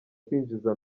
kwinjiza